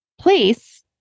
place